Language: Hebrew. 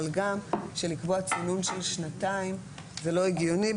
אבל גם שלקבוע צינון של שנתיים זה לא הגיוני.